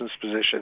position